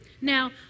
Now